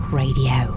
radio